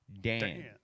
Dan